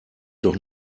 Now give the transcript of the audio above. doch